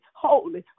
holy